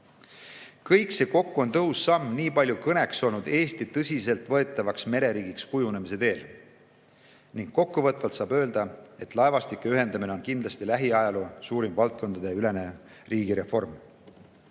Kõik see kokku on tõhus samm nii palju kõneks olnud Eesti tõsiselt võetavaks mereriigiks kujunemise teel. Kokkuvõtvalt saab öelda, et laevastike ühendamine on kindlasti lähiajaloo suurim valdkondadeülene riigireform.